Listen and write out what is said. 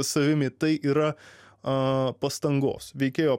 savimi tai yra a pastangos veikėjo